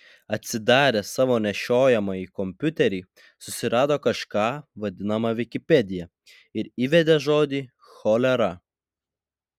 atsidaręs savo nešiojamąjį kompiuterį susirado kažką vadinamą vikipedija ir įvedė žodį cholera